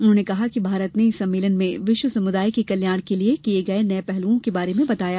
उन्होंने कहा कि भारत ने इस सम्मेलन में विश्व समुदाय के कल्याण के लिए किये गये नये पहलुओं के बारे में बताया